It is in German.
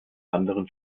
anderen